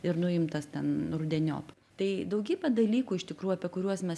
ir nuimtas ten rudeniop tai daugybė dalykų iš tikrųjų apie kuriuos mes